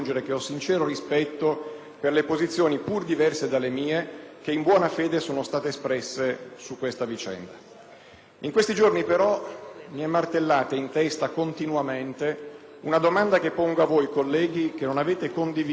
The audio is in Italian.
per le posizioni, pur diverse dalle mie, che in buona fede sono state espresse su questa vicenda. In questi giorni però mi è martellata in testa continuamente una domanda che pongo a voi, colleghi, che non avete condiviso la proposta di una legge